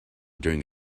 during